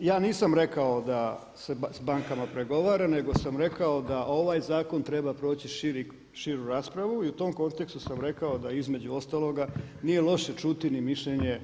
Ja nisam rekao da se s bankama pregovara nego sam rekao da ovaj zakon treba proći širu raspravu i u tom kontekstu sam rekao da između ostaloga nije loše čuti ni mišljenje